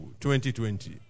2020